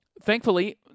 Thankfully